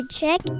check